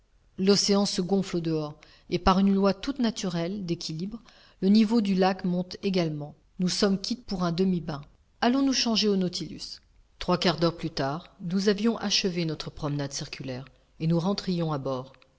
l'océan se gonfle au-dehors et par une loi toute naturelle d'équilibre le niveau du lac monte également nous en sommes quittes pour un demi bain allons nous changer au nautilus trois quarts d'heure plus tard nous avions achevé notre promenade circulaire et nous rentrions à bord